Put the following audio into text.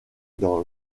dans